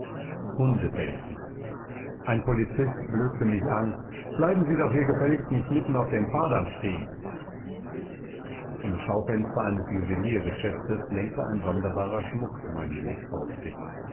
hunde bellten ein polizist blökte mich an bleiben sie doch hier gefälligst nicht mitten auf dem fahrdamm stehen im schaufenster eines juweliergeschäfts lenkte ein sonderbarer schmuck meinen blick auf sich